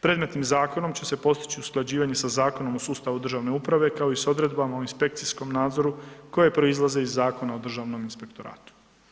Predmetnim zakonom će se postići usklađivanje sa Zakonom o sustavu državne uprave, kao i s odredbama o inspekcijskom nadzoru koje proizlaze iz Zakona o Državnom inspektoratu.